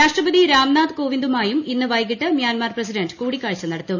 രാഷ്ട്രപതി രാംനാഥ് കോവിന്ദുമായും ഇന്ന് വൈകിട്ട് മ്യാൻമാർ പ്രസിഡന്റ് കൂടിക്കാഴ്ച നടത്തും